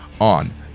on